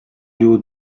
you